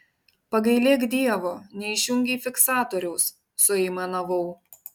pagailėk dievo neišjungei fiksatoriaus suaimanavau